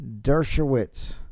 Dershowitz